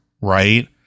right